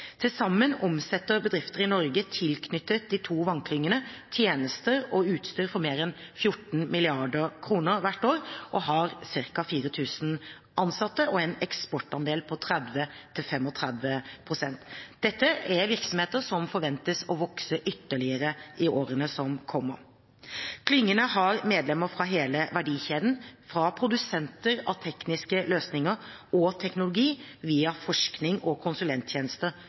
Til sammen omsetter bedrifter i Norge tilknyttet de to vannklyngene tjenester og utstyr for mer enn 14 mrd. kr hvert år og har ca. 4 000 ansatte og en eksportandel på 30–35 pst. Dette er virksomheter som forventes å vokse ytterligere i årene som kommer. Klyngene har medlemmer fra hele verdikjeden, fra produsenter av tekniske løsninger og teknologi via forskning og konsulenttjenester